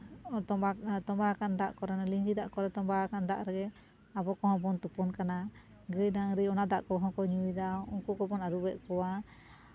ᱛᱚᱸᱵᱟ ᱛᱚᱸᱵᱟ ᱟᱠᱟᱱ ᱫᱟᱜ ᱠᱚᱨᱮ ᱞᱤᱸᱡᱤ ᱫᱟᱜ ᱠᱚᱨᱮ ᱛᱚᱸᱵᱟ ᱟᱠᱟᱱ ᱫᱟᱜ ᱨᱮ ᱟᱵᱚ ᱠᱚᱦᱚᱸ ᱵᱚᱱ ᱛᱩᱯᱩᱱ ᱠᱟᱱᱟ ᱜᱟᱹᱭ ᱰᱟᱝᱨᱤ ᱚᱱᱟ ᱫᱟᱜ ᱠᱚᱦᱚᱸ ᱠᱚ ᱧᱩᱭᱮᱫᱟ ᱩᱱᱠᱩ ᱠᱚᱵᱚᱱ ᱟᱹᱨᱩᱵᱮᱫ ᱠᱚᱣᱟ